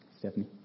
Stephanie